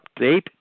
update